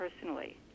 personally